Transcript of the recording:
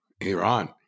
Iran